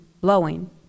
blowing